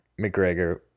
McGregor